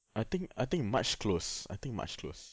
I think I think march close I think march close